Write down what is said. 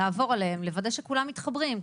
לעבור עליהן ולוודא שכולם מתחברים,